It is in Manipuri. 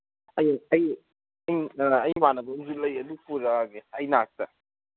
ꯑꯩ ꯑꯩ ꯏꯃꯥꯟꯅꯕ ꯑꯃꯁꯨ ꯂꯩꯌꯦ ꯑꯗꯨ ꯄꯨꯔꯛꯑꯒꯦ ꯑꯩ ꯏꯅꯥꯛꯇ